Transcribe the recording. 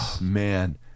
Man